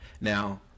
Now